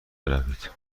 بروید